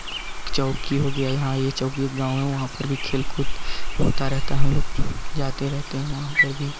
चौकी हो गया यहाँ यह चौकी एक गाँव है वहाँ पर भी खेलकूद होता रहता है हम लोग जाते रहते है वहाँ पर भी